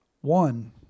One